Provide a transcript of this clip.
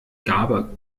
gabe